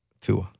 Tua